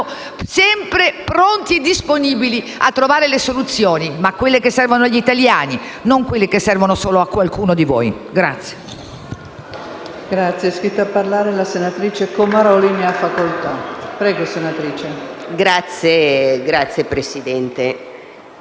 sempre pronti e disponibili a trovare soluzioni, ma quelle che servono agli italiani, non quelle che servono solo a qualcuno di voi. *(Applausi